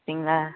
அப்படிங்களா